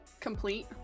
Complete